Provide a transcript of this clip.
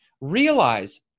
realize